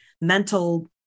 mental